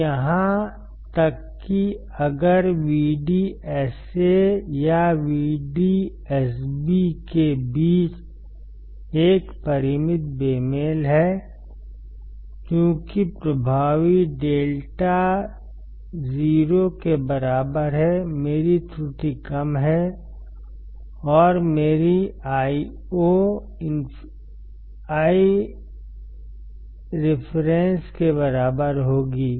तो यहां तक कि अगर VDSA या VDSB के बीच एक परिमित बेमेल है चूंकि प्रभावी λ 0 के बराबर है मेरी त्रुटि कम है और मेरी Io Ireference के बराबर होगी